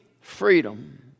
freedom